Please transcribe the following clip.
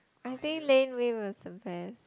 I think Laneway was the best